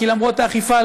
כי למרות האכיפה,